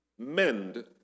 Mend